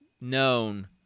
Known